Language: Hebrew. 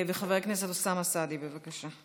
חבר הכנסת אוסאמה סעדי, בבקשה.